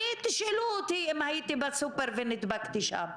תשאלו אותי אם הייתי בסופר ונדבקתי שם,